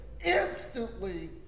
Instantly